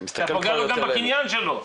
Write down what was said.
אתה פוגע גם בקניין שלו.